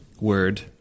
word